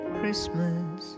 Christmas